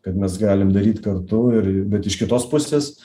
kad mes galim daryt kartu ir bet iš kitos pusės